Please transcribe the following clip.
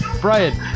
Brian